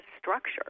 structure